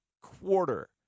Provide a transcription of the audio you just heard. quarter